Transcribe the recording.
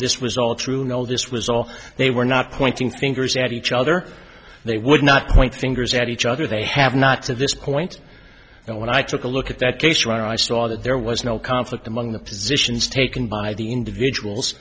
this was all true no this was all they were not pointing fingers at each other they would not point fingers at each other they have not to this point and when i took a look at that case when i saw that there was no conflict among the positions taken by the individuals